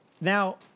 Now